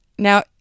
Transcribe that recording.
Now